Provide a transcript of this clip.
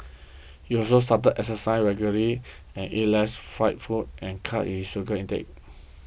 he also started exercising regularly and eat less fried food and cut his sugar intake